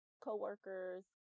co-workers